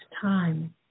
time